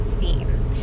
theme